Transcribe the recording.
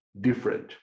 different